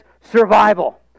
survival